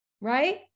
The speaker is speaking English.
right